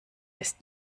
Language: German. ist